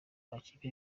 amakipe